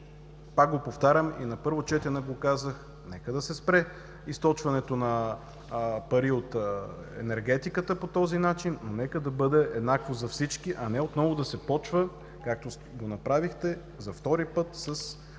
Казах го и на първо четене. Нека се спре източването на пари от енергетиката по този начин, но нека да бъде еднакво за всички, а не отново да се започва, както го направихте за втори път –